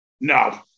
No